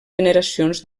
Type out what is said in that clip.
generacions